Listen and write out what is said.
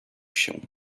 się